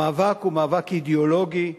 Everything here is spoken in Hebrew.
המאבק הוא מאבק אידיאולוגי,